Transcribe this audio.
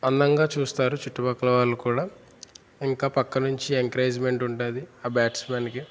అందంగా చూస్తారు చుట్టుప్రక్కల వాళ్ళు కూడా ఇంకా ప్రక్క నుంచి ఎంకరేజ్మెంట్ ఉంటుంది ఆ ఆ బ్యాట్స్మెన్కి